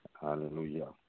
Hallelujah